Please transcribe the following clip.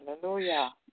hallelujah